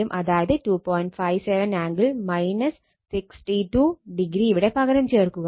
57 angle 62o ഇവിടെ പകരം ചേർക്കുക